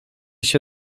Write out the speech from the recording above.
się